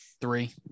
three